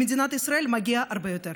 למדינת ישראל מגיע הרבה יותר.